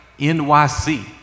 NYC